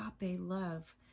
love